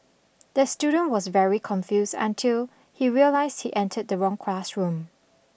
the student was very confused until he realised he entered the wrong classroom